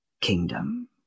kingdom